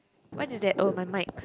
what do they oh my mic